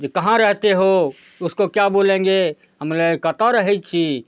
जे कहाँ रहते हो उसको क्या बोलेंगे हमलए कतऽ रहै छी